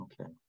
Okay